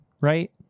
Right